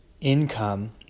income